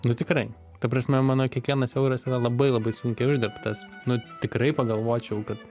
nu tikrai ta prasme mano kiekvienas euras yra labai labai sunkiai uždirbtas nu tikrai pagalvočiau kad